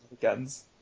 guns